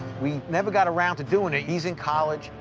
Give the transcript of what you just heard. we never got around to doing it. he's in college.